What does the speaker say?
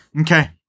Okay